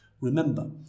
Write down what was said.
remember